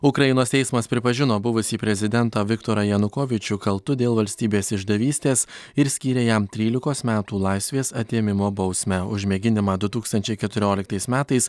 ukrainos teismas pripažino buvusį prezidentą viktorą janukovyčių kaltu dėl valstybės išdavystės ir skyrė jam trylikos metų laisvės atėmimo bausmę už mėginimą du tūkstančiai keturioliktais metais